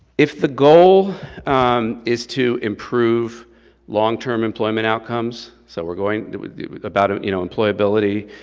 if the goal is to improve long term employment outcomes, so we're going, about you know employability,